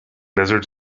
lizards